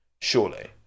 Surely